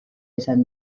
izan